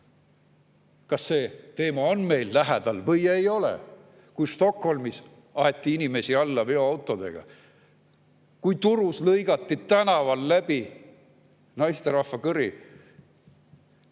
Kas see teema on meil lähedal või ei ole, kui Stockholmis aeti inimesi alla veoautodega ja kui Turus lõigati tänaval läbi naisterahva kõri?